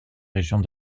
régions